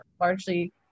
largely